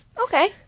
Okay